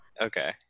Okay